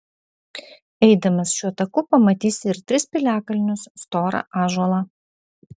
eidamas šiuo taku pamatysi ir tris piliakalnius storą ąžuolą